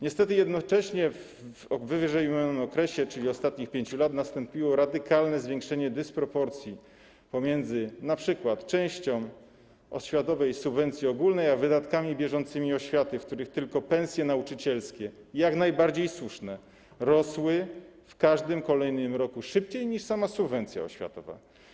Niestety jednocześnie w ww. okresie, czyli w ostatnich 5 latach, nastąpiło radykalne zwiększenie dysproporcji pomiędzy np. częścią oświatowej subwencji ogólnej a wydatkami bieżącymi oświaty, w których tylko pensje nauczycielskie, jak najbardziej słusznie, rosły w każdym kolejnym roku szybciej niż sama subwencja oświatowa.